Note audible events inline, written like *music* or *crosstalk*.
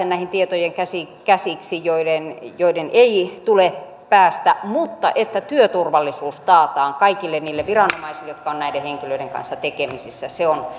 *unintelligible* näihin tietoihin pääse käsiksi sellaiset henkilöt joiden ei tule päästä mutta se että työturvallisuus taataan kaikille niille viranomaisille jotka ovat näiden henkilöiden kanssa tekemisissä on